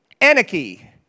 Anarchy